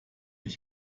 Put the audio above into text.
ich